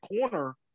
corner